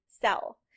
sell